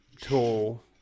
tool